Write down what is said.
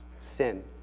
sin